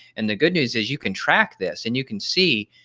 and the good news is, you can track this, and you can see,